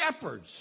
shepherds